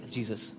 Jesus